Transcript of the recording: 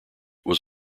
was